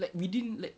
like withi~ like